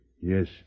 yes